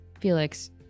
Felix